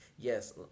Yes